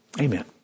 Amen